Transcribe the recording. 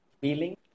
feeling